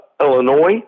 Illinois